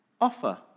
offer